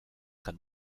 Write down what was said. kann